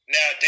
Now